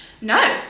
No